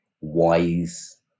wise